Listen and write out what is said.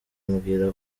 ambwira